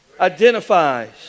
identifies